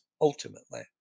ultimately